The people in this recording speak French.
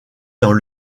dans